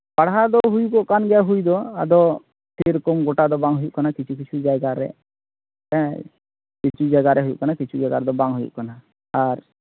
ᱯᱟᱲᱦᱟᱣ ᱫᱚ ᱦᱩᱭᱩᱜᱚᱜ ᱠᱟᱱ ᱜᱮᱭᱟ ᱦᱩᱭ ᱫᱚ ᱟᱫᱚ ᱥᱮᱨᱚᱠᱚᱢ ᱜᱚᱴᱟ ᱫᱚ ᱵᱟᱝ ᱦᱩᱭᱩᱜ ᱠᱟᱱᱟ ᱠᱤᱪᱷᱩ ᱠᱤᱪᱷᱩ ᱡᱟᱭᱜᱟ ᱨᱮ ᱦᱮᱸ ᱠᱤᱪᱷᱩ ᱡᱟᱭᱜᱟ ᱨᱮ ᱦᱩᱭᱩᱜ ᱠᱟᱱᱟ ᱠᱤᱪᱷᱩ ᱡᱟᱭᱜᱟ ᱨᱮᱫᱚ ᱵᱟᱝ ᱦᱩᱭᱩᱜ ᱠᱟᱱᱟ ᱟᱨ